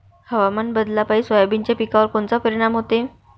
हवामान बदलापायी सोयाबीनच्या पिकावर कोनचा परिणाम होते?